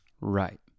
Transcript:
Right